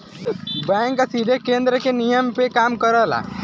bank सीधे केन्द्र के नियम पे काम करला